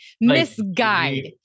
Misguide